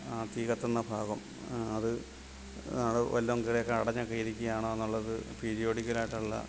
ആ തീകത്തുന്ന ഭാഗം അത് വല്ലതും കയറിയൊക്കൊ അടഞ്ഞൊക്കെ ഇരിക്കുകയാണോ എന്നുള്ളത് പിരീയോഡിക്കൽ ആയിട്ടുള്ള